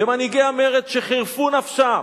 ומנהיגי המרד, שחירפו נפשם,